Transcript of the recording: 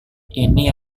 ini